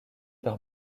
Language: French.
par